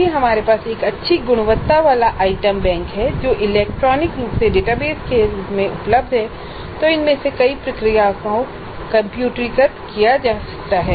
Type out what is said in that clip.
यदि हमारे पास एक अच्छी गुणवत्ता वाला आइटम बैंक है जो इलेक्ट्रॉनिक रूप से डेटाबेस के रूप में उपलब्ध है तो इनमें से कई प्रक्रियाओं को कम्प्यूटरीकृत किया जा सकता है